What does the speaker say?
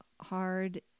hard